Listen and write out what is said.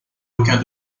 aucun